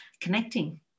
connecting